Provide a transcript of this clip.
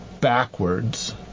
backwards